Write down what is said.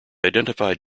identified